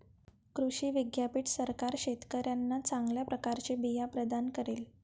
कृषी विद्यापीठ सरकार शेतकऱ्यांना चांगल्या प्रकारचे बिया प्रदान करेल